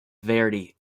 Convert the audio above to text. verdi